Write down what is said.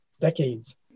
decades